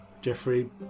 Jeffrey